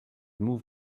move